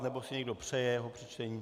Nebo si někdo přeje jeho přečtení?